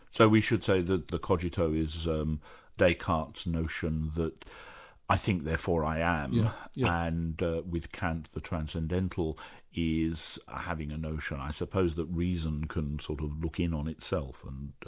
so we should say the the cogito is um descartes notion that i think, therefore i am yeah and with kant the transcendental is having a notion that i suppose that reason can sort of look in on itself and